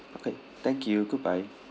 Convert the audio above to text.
okay thank you goodbye